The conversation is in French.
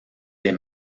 des